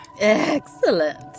Excellent